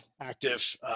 active